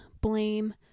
blame